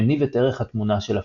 מניב את ערך התמונה של הפונקציה.